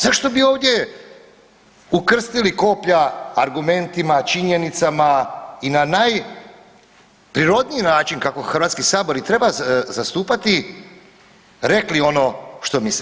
Zašto bi ovdje ukrstili koplja argumentima, činjenicama i na najprirodniji način kako Hrvatski sabor i treba zastupati rekli ono što misle.